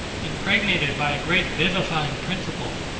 impregnated by a great vivifying principle,